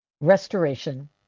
restoration